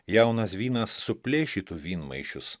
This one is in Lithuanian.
jaunas vynas suplėšytų vynmaišius